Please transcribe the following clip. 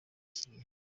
kiriyo